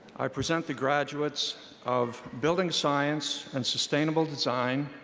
i present the graduates of building science and sustainable design,